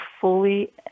fully